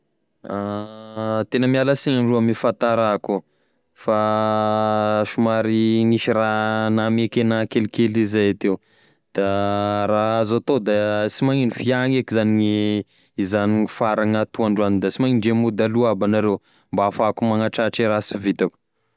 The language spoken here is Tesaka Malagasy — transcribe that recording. Tegna miala signy rô ame fahatarako fa somary nisy raha nahameky agnah kelikely zay teo, raha azo atao da sy magnino f'iaho reky zany gn'izagnony faragny atoa androagny sy magnino ndre mody aloha aby anareo mba ahafahako magnatratry e raha sy vitako.